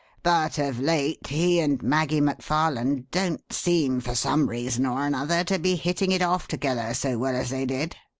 but of late he and maggie mcfarland don't seem, for some reason or another, to be hitting it off together so well as they did.